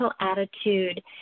attitude